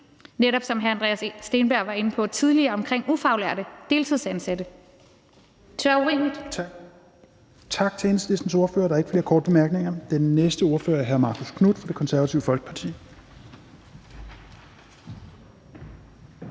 netop som hr. Andreas Steenberg var inde på tidligere omkring ufaglærte deltidsansatte.